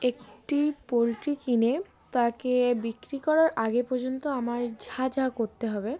একটি পোলট্রি কিনে তাকে বিক্রি করার আগে পর্যন্ত আমার যা যা করতে হবে